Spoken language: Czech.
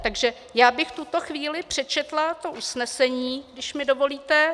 Takže bych v tuto chvíli přečetla to usnesení, když mi dovolíte.